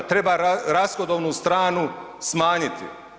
Treba rashodovnu stranu smanjiti.